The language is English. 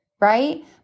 right